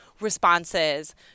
responses